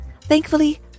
Thankfully